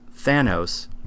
Thanos